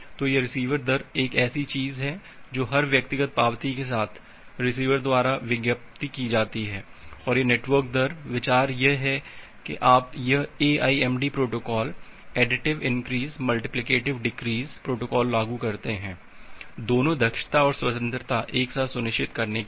तो यह रिसीवर दर एक ऐसी चीज़ है जो हर व्यक्तिगत पावती के साथ रिसीवर द्वारा विज्ञापित की जाती है और यह नेटवर्क दर विचार यह है आप यह AIMD protocol additive increase multiplicative decrease protocol लागू करते हैं दोनों दक्षता और स्वंत्रता एक साथ सुनिश्चित करने के लिए